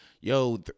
yo